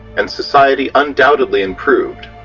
and society undoubtedly improved,